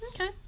Okay